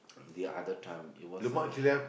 the other time it was uh